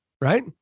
right